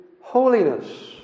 holiness